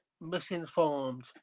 misinformed